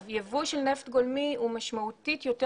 יבוא של נפט גולמי הוא משמעותית יותר